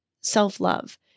self-love